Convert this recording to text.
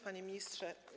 Panie Ministrze!